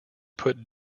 put